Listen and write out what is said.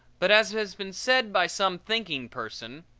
but, as has been said by some thinking person,